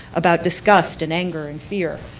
about disgust, and anger, and fear.